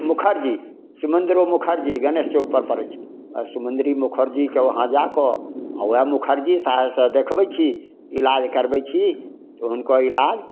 मुखर्जी सुमन्दरो मुखर्जी गणेश चौकपर पड़ै छै आओर सुमन्दरी मुखर्जीके वहाँ जाकऽ आओर ओहे मुखर्जी साहेबसँ देखबै छी इलाज करबै छी हुनकर इलाज